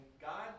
God